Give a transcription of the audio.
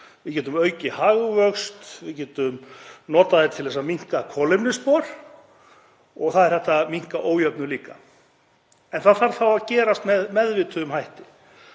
við getum aukið hagvöxt, við getum notað hana til þess að minnka kolefnisspor og það er hægt að minnka ójöfnuð líka. En það þarf þá að gerast með meðvituðum hætti.